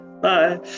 Bye